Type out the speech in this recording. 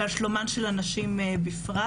ועל שלומן של הנשים בפרט.